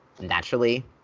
naturally